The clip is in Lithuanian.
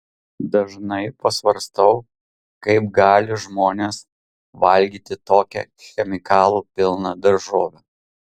dažnai pasvarstau kaip gali žmonės valgyti tokią chemikalų pilną daržovę